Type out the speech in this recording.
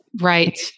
right